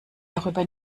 darüber